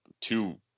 two